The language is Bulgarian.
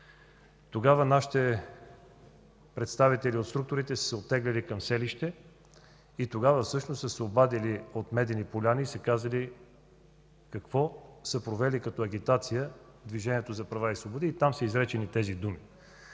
Тогава нашите представители от структурите се оттеглили към Селище и тогава всъщност са се обадили от Медени поляни и са казали какво са провели като агитация от Движението за права и свободи. И там са изречени тези думи.